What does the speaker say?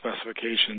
specifications